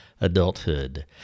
adulthood